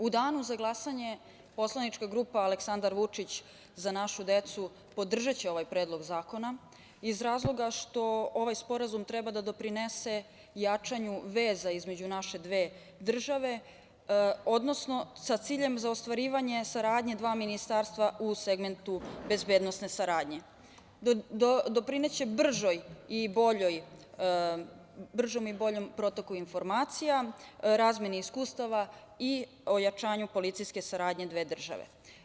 U danu za glasanje poslanička grupa Aleksandar Vučić - Za našu decu podržaće ovaj predlog zakona iz razloga što ovaj sporazum treba da doprinese jačanju veza između naše dve države, odnosno sa ciljem ostvarivanja saradnje dva ministarstva u segmentu bezbednosne saradnje, doprineće bržem i boljem protoku informacija, razmeni iskustava i ojačanju policijske saradnje dve države.